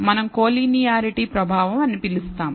మనం కోలినియారిటీ ప్రభావం అని పిలుస్తాము